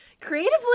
creatively